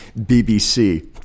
BBC